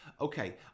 okay